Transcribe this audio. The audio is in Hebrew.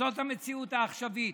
זו המציאות העכשווית: